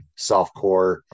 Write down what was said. softcore